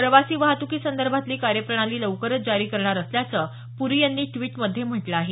प्रवासी वाहत्कीसंदर्भातली कार्यप्रणाली लवकरच जारी करणार असल्यासं प्री यांनी या ट्वीटमध्ये म्हटलं आहे